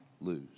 lose